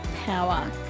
power